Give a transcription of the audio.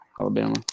Alabama